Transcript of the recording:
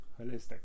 holistic